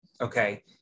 okay